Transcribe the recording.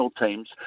teams